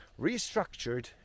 restructured